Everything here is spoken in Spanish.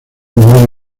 muere